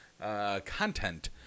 content